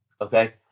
okay